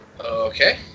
Okay